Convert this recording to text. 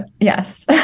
Yes